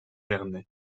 vernet